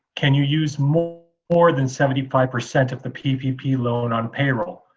can you use more more than seventy five percent of the ppp loan on payroll,